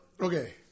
okay